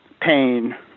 pain